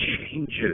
changes